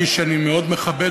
איש שאני מאוד מכבד.